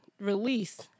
release